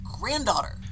granddaughter